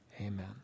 amen